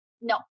No